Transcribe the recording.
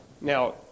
Now